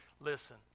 listen